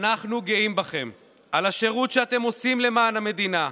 אנחנו גאים בכם על השירות שאתם עושים למען המדינה,